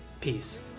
peace